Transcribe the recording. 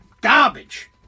Garbage